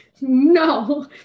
no